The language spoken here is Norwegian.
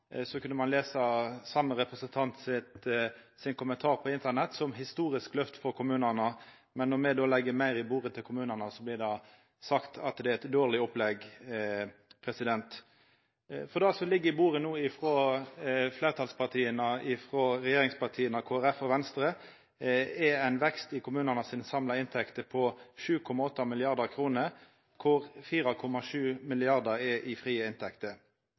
så dårleg. Eg registrerte kva ho sjølv sa om det nest siste budsjettet dei raud-grøne la fram, og ein kunne lesa den same representanten sin kommentar på Internett om at det var eit historisk løft for kommunane, men når me legg meir på bordet til kommunane, blir det sagt at det er eit dårleg opplegg. Det som no ligg på bordet frå regjeringspartia og Kristeleg Folkeparti og Venstre, er ein vekst i kommunane sine samla inntekter på 7,8